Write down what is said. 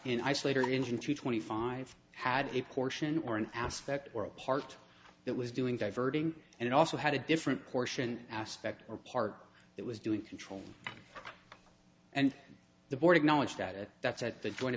an isolator engine to twenty five had a portion or an aspect or a part that was doing diverting and it also had a different portion aspect or part it was doing control and the board acknowledged that it that's at the join